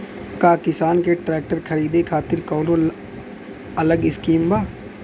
का किसान के ट्रैक्टर खरीदे खातिर कौनो अलग स्किम बा?